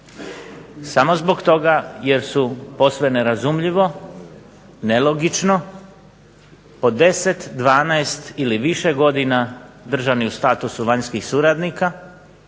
samo zbog toga jer su posve nerazumljivo, nelogično po 10, 12 ili više godina držani u statusu vanjskih suradnika